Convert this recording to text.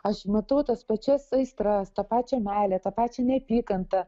aš matau tas pačias aistras tą pačią meilę tą pačią neapykantą